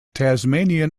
tasmanian